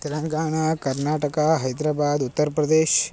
तेलङ्गाना कर्नाटका हैद्राबाद् उत्तर्प्रदेशः